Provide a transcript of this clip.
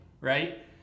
right